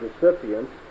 recipients